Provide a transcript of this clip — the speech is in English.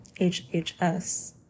HHS